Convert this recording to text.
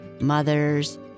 mothers